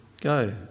Go